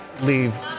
leave